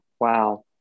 wow